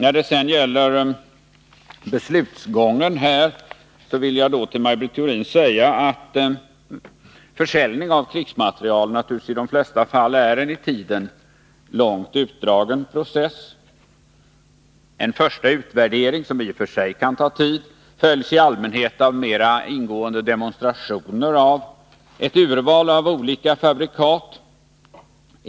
När det sedan gäller beslutsgången vill jag till Maj Britt Theorin säga att försäljning av krigsmateriel i de flesta fall naturligtvis är en i tiden långt utdragen process. En första utvärdering, som i och för sig kan ta tid, följs i allmänhet av mera ingående demonstrationer av ett urval av olika fabrikat.